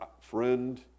friend